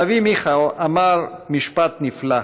הנביא מיכה אמר משפט נפלא: